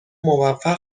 موفق